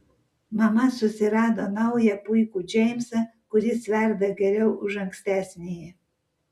mama susirado naują puikų džeimsą kuris verda geriau už ankstesnįjį